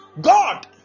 God